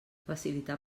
facilitar